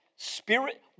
Spirit